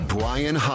Brian